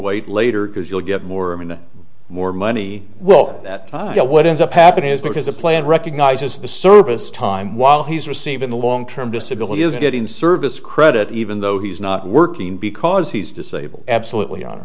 wait later because you'll get more and more money well that you know what ends up happening is because a plan recognizes the service time while he's receiving the long term disability of getting service credit even though he's not working because he's disabled absolutely o